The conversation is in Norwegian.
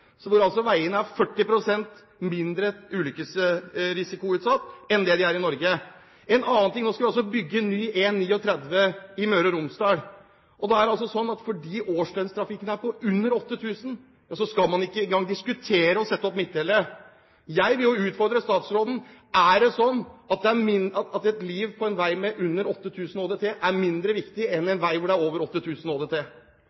mindre ulykkesrisikoutsatt enn de er i Norge. En annen ting: Nå skal man bygge ny E39 i Møre og Romsdal, og da er det altså sånn at fordi årsdøgntrafikken er på under 8 000, så skal man ikke engang diskutere om man skal sette opp midtdelere. Jeg vil utfordre statsråden på følgende: Er det sånn at et liv på en vei med under 8 000 ÅDT er mindre viktig enn